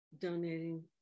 donating